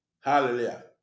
Hallelujah